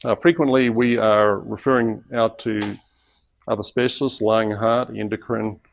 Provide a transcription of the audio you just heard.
ah frequently we are referring out to other specialists, lung, heart, endocrine,